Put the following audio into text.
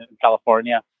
California